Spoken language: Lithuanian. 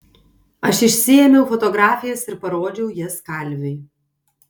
aš išsiėmiau fotografijas ir parodžiau jas kalviui